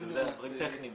אבל זה בגלל דברים טכניים.